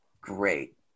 great